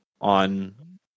on